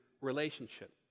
relationship